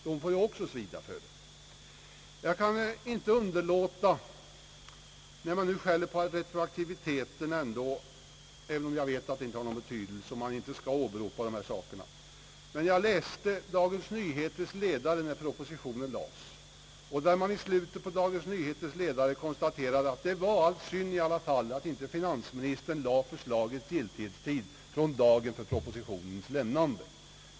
Jag vet att det inte har någon betydelse och att jag kanske inte borde åberopa sådana saker, men när man nu skäller på retroaktiviteten kan jag inte låta bli att tala om att man i slutet på Dagens Nyheters ledare, när pPropositionen lades fram, konstaterade att det var synd att finansministern inte lade förslaget om lagens giltighetstid från tiden för propositionens avlämnande.